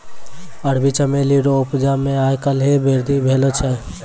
अरबी चमेली रो उपजा मे आय काल्हि वृद्धि भेलो छै